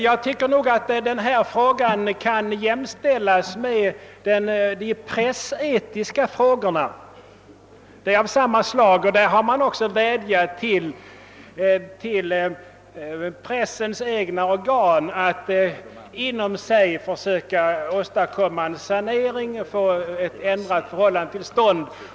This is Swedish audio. Jag tycker att denna fråga kan jämställas med de pressetiska frågorna. De är av samma slag. Och där har man vädjat till pressens egna organ att inom sig försöka åstadkomma en sanering och få ett ändrat förhållande till stånd.